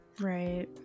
Right